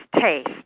taste